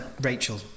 Rachel